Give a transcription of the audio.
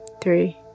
three